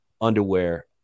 underwear